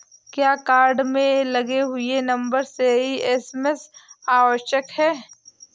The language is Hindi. क्या कार्ड में लगे हुए नंबर से ही एस.एम.एस आवश्यक है?